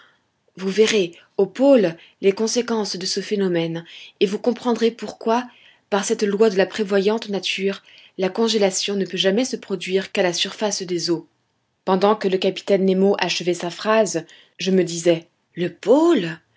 vous verrez aux pôles les conséquences de ce phénomène et vous comprendrez pourquoi par cette loi de la prévoyante nature la congélation ne peut jamais se produire qu'à la surface des eaux pendant que le capitaine nemo achevait sa phrase je me disais le pôle